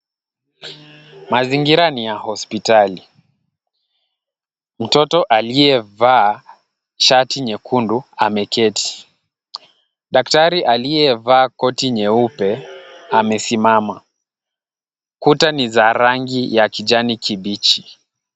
Mazingira ni ya hospitali. Mtoto aliyevaa shati nyekundu ameketi. Daktari aliyevaa koti nyeupe amesimama. Kuta ni za rangi ya kijani kibichi.